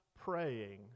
praying